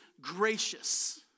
gracious